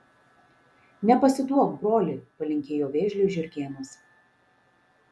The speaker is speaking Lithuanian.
nepasiduok broli palinkėjo vėžliui žiurkėnas